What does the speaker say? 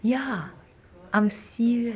oh my god that's so much